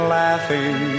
laughing